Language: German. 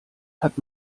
hat